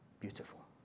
beautiful